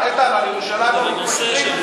על ירושלים לא מתפשרים.